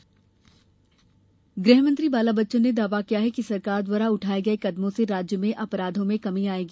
ग्रहमंत्री बयान गृहमंत्री बाला बच्चन ने दावा किया है कि सरकार द्वारा उठाये गये कदमों से राज्य में अपराधों में कमी आयेगी